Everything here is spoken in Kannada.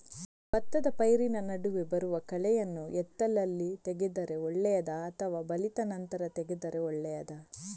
ಭತ್ತದ ಪೈರಿನ ನಡುವೆ ಬರುವ ಕಳೆಯನ್ನು ಎಳತ್ತಲ್ಲಿ ತೆಗೆದರೆ ಒಳ್ಳೆಯದಾ ಅಥವಾ ಬಲಿತ ನಂತರ ತೆಗೆದರೆ ಒಳ್ಳೆಯದಾ?